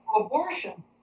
abortion